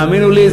תאמינו לי,